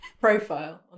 profile